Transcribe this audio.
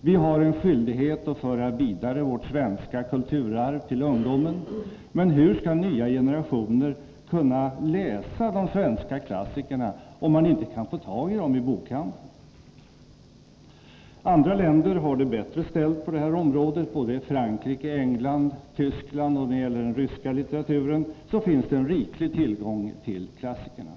Vi har en skyldighet att föra vidare vårt svenska kulturarv till ungdomen, men hur skall nya generationer kunna läsa de svenska klassikerna, om man inte kan få tag i dem i bokhandeln? Andra länder, t.ex. Frankrike, England och Tyskland, har det bättre ställt på det här området, och när det gäller den ryska litteraturen finns det en riklig tillgång till klassikerna.